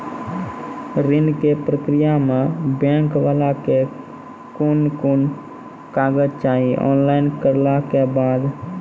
ऋण के प्रक्रिया मे बैंक वाला के कुन कुन कागज चाही, ऑनलाइन करला के बाद?